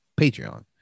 patreon